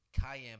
cayenne